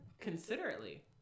considerately